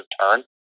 turn